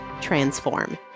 transform